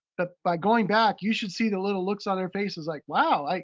but by going back, you should see the little looks on their faces, like wow, like